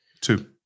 Two